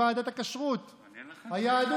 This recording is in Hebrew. שאמורה לחרות על דגלה את הדאגה לציבור החלש